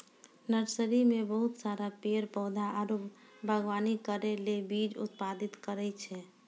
nursery मे बहुत सारा पेड़ पौधा आरु वागवानी करै ले बीज उत्पादित करै छै